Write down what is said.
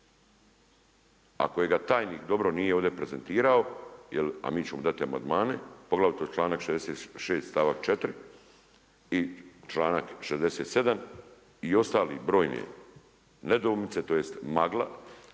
kojega tajnik dobro nije ovdje prezentirao a mi ćemo dati amandmane, poglavito članak 66. stavak 4. i članak 67. i ostale brojne nedoumice tj. magla